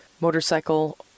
motorcycle